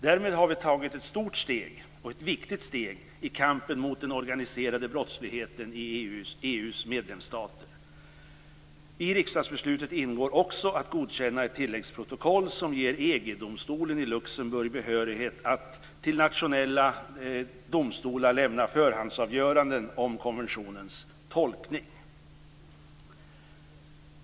Därmed har vi tagit ett stort och viktigt steg i kampen mot den organiserade brottsligheten i EU:s medlemsstater. I riksdagsbeslutet ingår också att godkänna ett tilläggsprotokoll som ger EG-domstolen i Luxemburg behörighet att till nationella domstolar lämna förhandsavgöranden om konventionens tolkning.